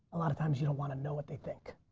a lot of times you don't want to know what they think.